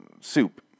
soup